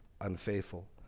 unfaithful